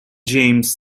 james